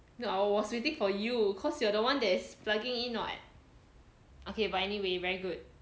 no I was waiting for you cause you are the one that's plugging in what okay but anyway very good